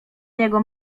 jego